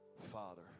father